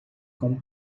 com